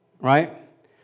right